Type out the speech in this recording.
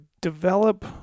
develop